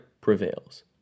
prevails